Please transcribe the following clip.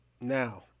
Now